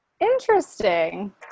Interesting